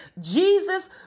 Jesus